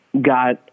got